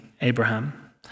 Abraham